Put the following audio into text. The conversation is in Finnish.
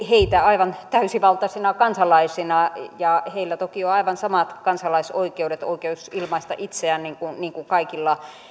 heitä aivan täysivaltaisina kansalaisina ja heillä toki on aivan samat kansalaisoikeudet ja oikeus ilmaista itseään kuin kaikilla